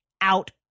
out